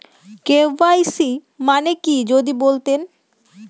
KYC মানে কি যদি বলতেন?